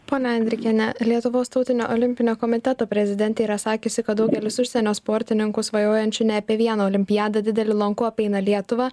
ponia andrikiene lietuvos tautinio olimpinio komiteto prezidentė yra sakiusi kad daugelis užsienio sportininkų svajojančių ne apie vieną olimpiadą dideliu lanku apeina lietuvą